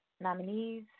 nominees